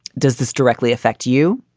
does this directly affect you?